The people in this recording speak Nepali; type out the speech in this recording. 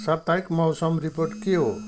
साप्ताहिक मौसम रिपोर्ट के हो